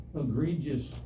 egregious